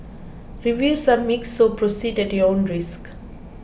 reviews are mixed so proceed at your own risk